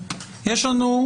כן, אבל לבחון את זה עוד שנה.